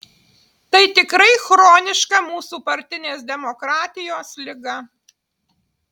tai tikrai chroniška mūsų partinės demokratijos liga